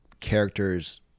characters